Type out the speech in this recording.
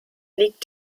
liegt